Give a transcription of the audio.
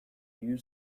you